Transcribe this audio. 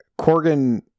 Corgan